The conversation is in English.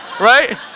Right